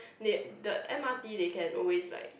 they the M_R_T they can always like